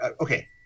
Okay